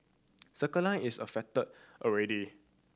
Circle Line is affected already